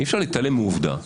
אי אפשר להתעלם מעובדה